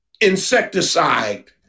Insecticide